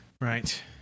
Right